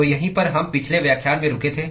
तो यहीं पर हम पिछले व्याख्यान में रुके थे